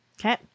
Okay